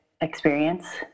experience